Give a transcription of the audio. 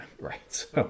right